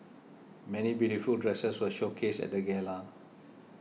many beautiful dresses were showcased at the gala